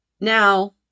now